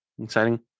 exciting